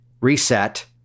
reset